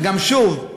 וגם שוב,